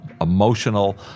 emotional